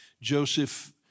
Joseph